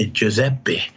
Giuseppe